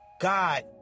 God